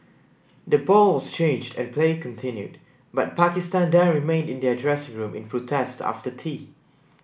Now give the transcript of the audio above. the ball was changed and play continued but Pakistan then remained in their dressing room in protest after tea